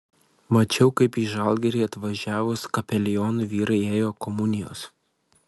mačiau kaip į žalgirį atvažiavus kapelionui vyrai ėjo komunijos